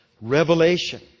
revelation